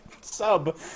sub